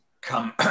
come